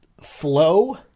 flow